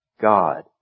God